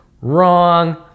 Wrong